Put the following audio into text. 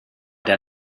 der